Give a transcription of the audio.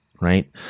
Right